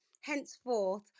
henceforth